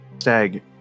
Stag